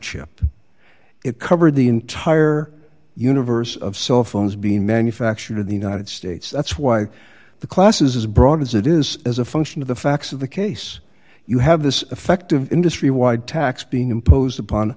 chip it covered the entire universe of cell phones being manufactured in the united states that's why the class is as broad as it is as a function of the facts of the case you have this effect of industry wide tax being imposed upon